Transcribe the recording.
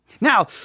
Now